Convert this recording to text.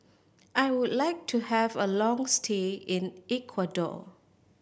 I would like to have a long stay in Ecuador